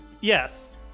Yes